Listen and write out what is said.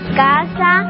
casa